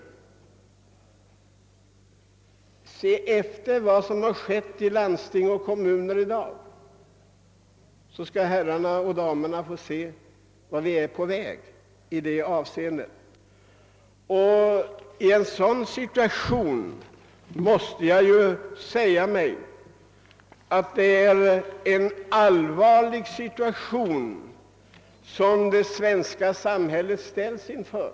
Se efter vad som har skett i landsting och kommuner i dag, så skall damerna och herrarna finna vart vi är på väg! Det är en allvarlig situation som det svenska samhället ställs inför.